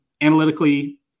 analytically